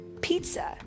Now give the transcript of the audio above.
pizza